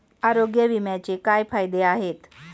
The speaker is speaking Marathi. आरोग्य विम्याचे काय फायदे आहेत?